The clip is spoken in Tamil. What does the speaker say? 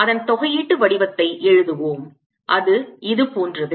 அதன் தொகையீட்டு வடிவத்தை எழுதுவோம் அது இது போன்றது